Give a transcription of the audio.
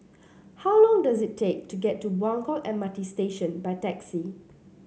how long does it take to get to Buangkok M R T Station by taxi